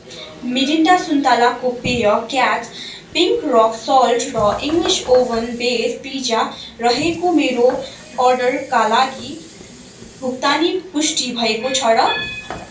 Mirinda सुन्तलाको पेय catch pink rock salt र इङ्ग्लिस ओभन बेस्ट पिज्जा रहेको मेरो अर्डरका लागि भुक्तानी पुष्टि भएको छ र